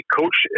coach